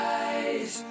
eyes